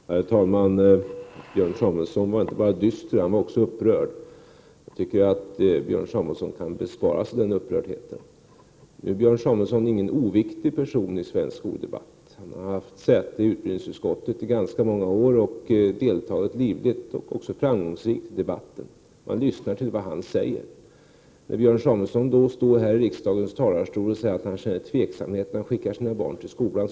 Herr talman! Björn Samuelson var inte bara dyster utan också upprörd. 29 maj 1989 Men jag tycker att Björn Samuelson kan bespara sig den upprördheten. Björn Samuelson är ingen oviktig person i svensk skoldebatt. Han har haft säte i utbildningsutskottet under ganska många år och har deltagit livligt och framgångsrikt i debatten. Man lyssnar på vad han säger. Därför tycker jag att det är oförsiktigt av Björn Samuelson att stå här i riksdagens talarstol och säga att han känner tveksamhet inför att skicka sina barn till skolan.